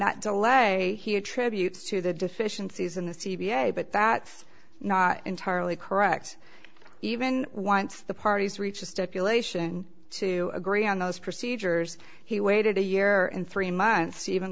that delay he attributes to the deficiencies in the c v a but that's not entirely correct even once the parties reach a stipulation to agree on those procedures he waited a year and three months even